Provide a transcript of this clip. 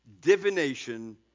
divination